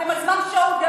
אתם על זמן שאול.